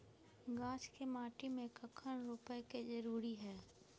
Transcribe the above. गाछ के माटी में कखन रोपय के जरुरी हय?